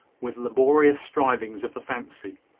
with laborious strivings of the fancy.